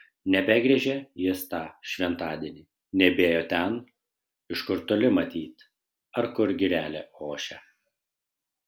nebegriežė jis tą šventadienį nebėjo ten iš kur toli matyt ar kur girelė ošia